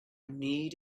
need